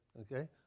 Okay